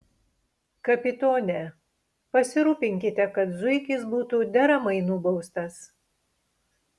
kapitone pasirūpinkite kad zuikis būtų deramai nubaustas